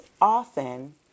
often